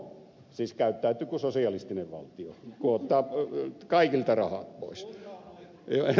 siis käyttäytyy kuin sosialistinen valtio kun ottaa kaikilta rahat pois